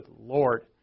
Lord